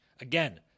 Again